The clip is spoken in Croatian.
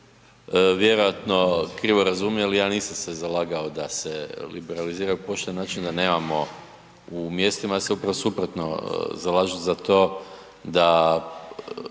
vjerojatno krivo razumili, ja nisam se zalagao da se liberalizira … nemamo u mjestima, ja se upravo suprotno zalažem za to da